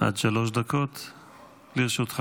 עד שלוש דקות לרשותך.